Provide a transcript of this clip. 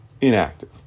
inactive